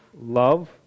love